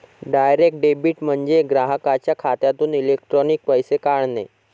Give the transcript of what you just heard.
direct debit म्हणजे ग्राहकाच्या खात्यातून इलेक्ट्रॉनिक पैसे काढणे